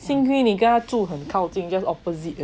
幸亏你跟他住很靠近 just opposite 而已吧翻那 but 就因为很累 cause 主那我尽量把早就起来服那个气韵那个 prayer or